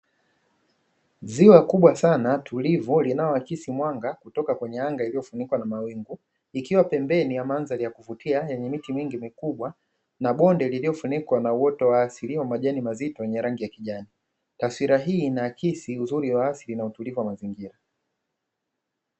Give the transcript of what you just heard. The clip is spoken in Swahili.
Ziwa kubwa sana tulivu, linaloakisi mwanga kutoka kwenye anga iliyofunikwa na mawingu, ikiwa pembeni ya mandhari ya kuvutia yenye miti mingi mikubwa na bonde lililofunikwa na uoto wa asili wa majani mazito ya rangi ya kijani. Taswira hii inaakisi uzuri wa asili na utulivu wa mazingira.